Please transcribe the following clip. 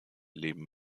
leben